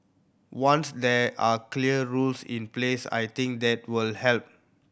once there are clear rules in place I think that will help